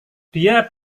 dia